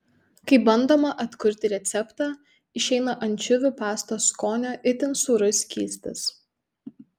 kai bandoma atkurti receptą išeina ančiuvių pastos skonio itin sūrus skystis